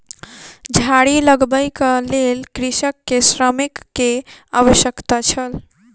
झाड़ी लगबैक लेल कृषक के श्रमिक के आवश्यकता छल